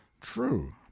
true